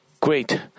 great